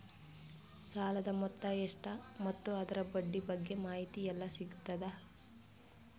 ಸಾಲದ ಮೊತ್ತ ಎಷ್ಟ ಮತ್ತು ಅದರ ಬಡ್ಡಿ ಬಗ್ಗೆ ಮಾಹಿತಿ ಎಲ್ಲ ಸಿಗತದ?